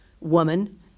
woman